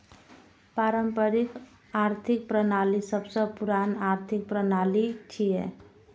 पारंपरिक आर्थिक प्रणाली सबसं पुरान आर्थिक प्रणाली छियै